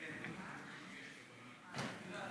כן,